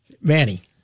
Manny